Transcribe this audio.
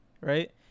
right